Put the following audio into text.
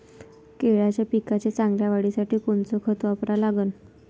केळाच्या पिकाच्या चांगल्या वाढीसाठी कोनचं खत वापरा लागन?